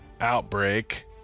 outbreak